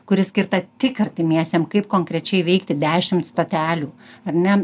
kuri skirta tik artimiesiem kaip konkrečiai įveikti dešimt stotelių ar ne